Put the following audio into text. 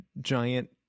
giant